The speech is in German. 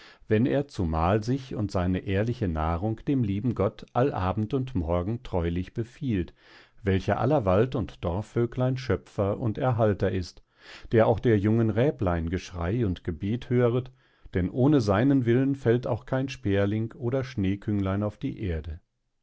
wenn er zumal sich und seine ehrliche nahrung dem lieben gott all abend und morgen treulich befiehlt welcher aller wald und dorfvöglein schöpfer und erhalter ist der auch der jungen räblein geschrei und gebet höret denn ohne seinen willen fällt auch kein sperling oder schneekünglein auf die erde